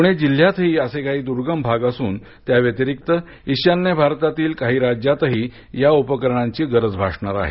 पुणे जिल्ह्यातही असे काही दुर्गम भाग असून त्याव्यतिरिक्त ईशान्य भारतातील काही राज्यातही या उपकरणाची गरज भासणार आहे